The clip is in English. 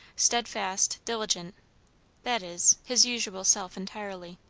stedfast, diligent that is, his usual self entirely.